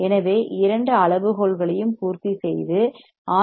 எனவே இரண்டு அளவுகோல்களையும் பூர்த்திசெய்து ஆர்